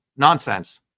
Nonsense